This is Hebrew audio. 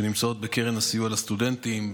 שנמצאות בקרן הסיוע לסטודנטים,